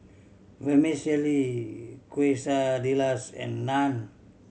Vermicelli Quesadillas and Naan